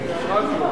שידורי הרדיו,